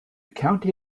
county